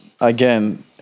again